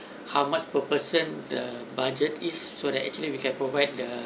how much per person the budget is so that actually we can provide the